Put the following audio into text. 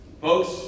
Folks